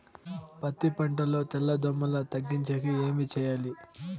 పత్తి పంటలో తెల్ల దోమల తగ్గించేకి ఏమి చేయాలి?